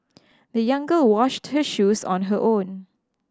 the young girl washed her shoes on her own